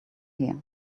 here